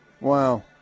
Wow